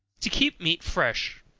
to keep meat fresh.